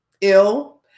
Ill